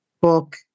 book